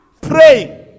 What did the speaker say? praying